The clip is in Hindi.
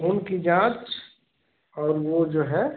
खून की जाँच और वह जो है